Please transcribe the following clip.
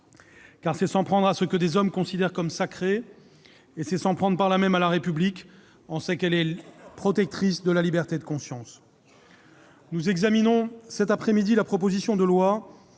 : c'est s'en prendre à ce que des hommes considèrent comme sacré ; par là, c'est s'en prendre à la République, protectrice de la liberté de conscience. Nous examinons cet après-midi la proposition de loi